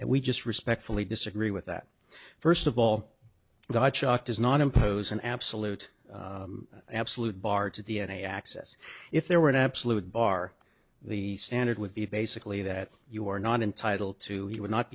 and we just respectfully disagree with that first of all gottschalk does not impose an absolute absolute bar to d n a access if there were an absolute bar the standard would be basically that you are not entitled to he would not